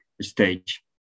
stage